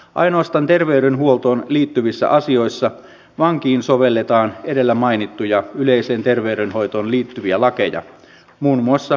ainoastaan terveydenhuoltoon liittyvissä asioissa vankiin sovelletaan edellä mainittuja yleiseen terveydenhoitoon liittyviä lakeja muun muassa potilaslakia